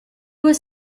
was